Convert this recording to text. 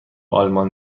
آلمان